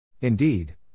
Indeed